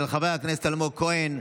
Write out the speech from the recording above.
של חבר הכנסת אלמוג כהן,